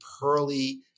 pearly